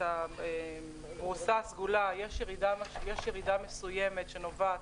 יש ירידה מסוימת שנובעת